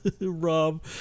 Rob